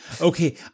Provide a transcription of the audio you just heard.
okay